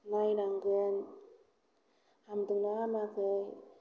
नायनांगोन हामदों ना हामाखै